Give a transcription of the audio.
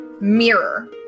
mirror